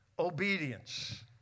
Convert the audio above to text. obedience